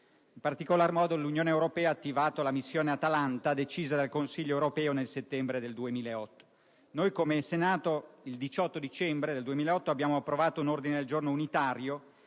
In particolar modo, l'Unione europea ha attivato la missione Atalanta, decisa dal Consiglio europeo nel settembre 2008. Il Senato il 18 dicembre 2008 ha approvato un ordine del giorno unitario